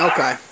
Okay